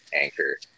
Anchor